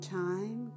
time